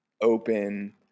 open